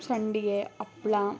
ಸಂಡಿಗೆ ಹಪ್ಪಳ